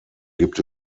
gibt